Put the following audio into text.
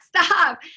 stop